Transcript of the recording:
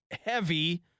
heavy